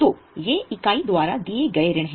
तो ये इकाई द्वारा दिए गए ऋण हैं